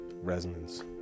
resonance